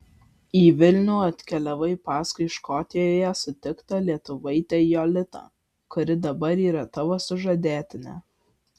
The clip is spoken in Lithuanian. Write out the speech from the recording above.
į vilnių atkeliavai paskui škotijoje sutiktą lietuvaitę jolitą kuri dabar yra tavo sužadėtinė